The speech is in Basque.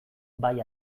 bai